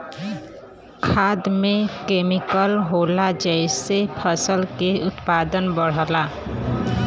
खाद में केमिकल होला जेसे फसल के उत्पादन बढ़ला